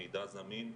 מידע זמין,